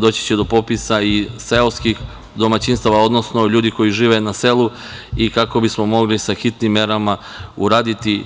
Doći će do popisa i seoskih, odnosno ljudi koji žive na selu i kako bismo mogli sa hitnim merama uraditi